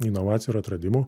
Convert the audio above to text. inovacijų ir atradimų